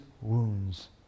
wounds